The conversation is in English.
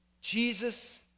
Jesus